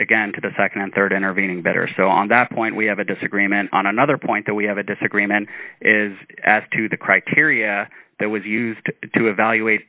again to the nd and rd intervening better so on that point we have a disagreement on another point that we have a disagreement is as to the criteria that was used to evaluate